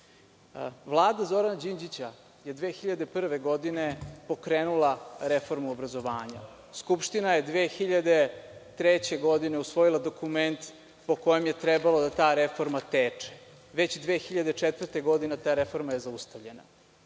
Vlada Zorana Đinđića je 2001. godine pokrenula reformu obrazovanja. Skupština je 2003. godine usvojila dokument po kojem je trebalo ta reforma da teče. Već 2004. godine ta reforma je zaustavljena